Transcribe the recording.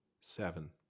seven